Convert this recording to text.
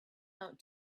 out